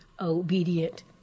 obedient